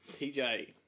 PJ